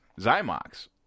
Zymox